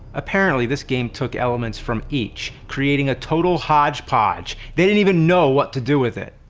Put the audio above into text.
apparently this game took elements from each, creating a total hodgepodge. they didn't even know what to do with it.